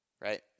right